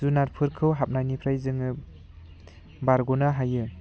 जुनारफोरखौ हाबनायनिफ्राय जोङो बारग'नो हायो